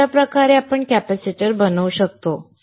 तर अशा प्रकारे आपण कॅपेसिटर बनवू शकतो